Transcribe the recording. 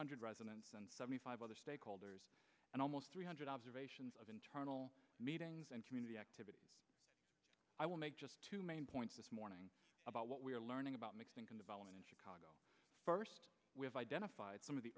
hundred residents and seventy five other stakeholders and almost three hundred observations of internal meetings and community activity i will make two main points this morning about what we are learning about mixing in development in chicago first we have identified some of the